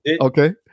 Okay